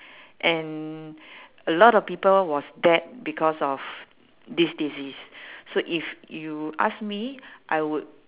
and a lot of people was dead because of this disease so if you ask me I would